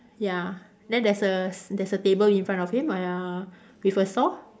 ya then there's a s~ there's a table in front of him uh ya with a saw